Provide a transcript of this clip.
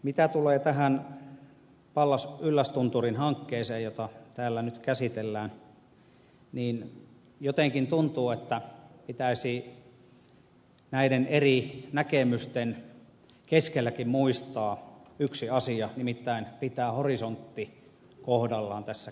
mitä tulee pallas yllästunturin hankkeeseen jota täällä nyt käsitellään niin jotenkin tuntuu että pitäisi näiden eri näkemysten keskelläkin muistaa yksi asia nimittäin pitää horisontti kohdallaan tässä keskustelussa